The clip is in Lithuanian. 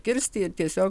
kirsti ir tiesiog